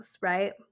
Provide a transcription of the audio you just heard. right